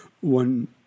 one